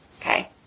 Okay